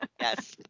Yes